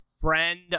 friend